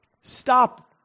stop